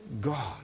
God